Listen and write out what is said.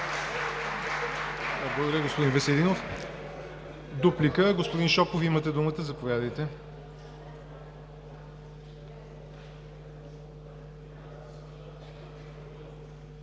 Благодаря, господин Веселинов. Дуплика – господин Шопов, имате думата. Заповядайте.